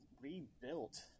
rebuilt